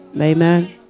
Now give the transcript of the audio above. Amen